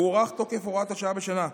הוארך תוקף הוראת השעה בשנה,